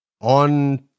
on